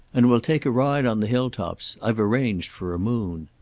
and we'll take a ride on the hill-tops. i've arranged for a moon.